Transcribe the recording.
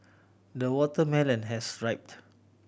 the watermelon has ripe